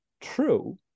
true